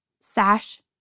sash